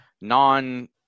non